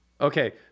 Okay